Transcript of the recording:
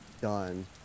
done